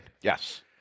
Yes